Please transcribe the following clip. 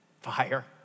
Fire